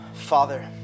Father